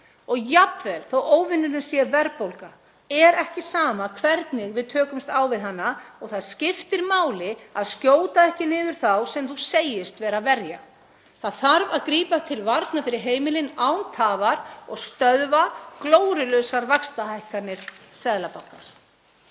Jafnvel þótt óvinurinn sé verðbólga er ekki sama hvernig við tökumst á við hana og það skiptir máli að skjóta ekki niður þá sem þú segist vera að verja. Það þarf að grípa til varna fyrir heimilin án tafar og stöðva glórulausar vaxtahækkanir Seðlabankans.